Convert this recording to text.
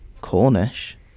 Cornish